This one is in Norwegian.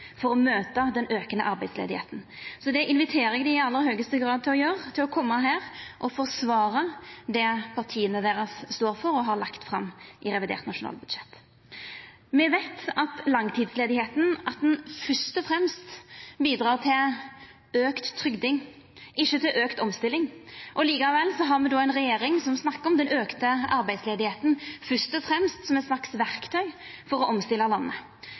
for å møta den aukande arbeidsløysa. Eg inviterer dei til å koma her og forsvara det partia deira står for og har lagt fram i revidert nasjonalbudsjett. Me veit at langtidsarbeidsløysa først og fremst bidreg til auka trygding, ikkje til auka omstilling. Likevel har me ei regjering som snakkar om den auka arbeidsløysa først og fremst som eit slags verktøy for å omstilla landet.